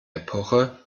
epoche